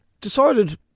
decided